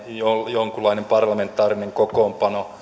jonkunlainen parlamentaarinen kokoonpano tai ehkä